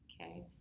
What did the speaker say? Okay